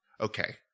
Okay